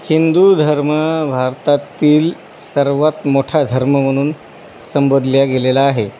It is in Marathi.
हिंदू धर्म भारतातील सर्वात मोठा धर्म म्हणून संबोधला गेलेला आहे